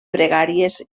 pregàries